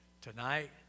Tonight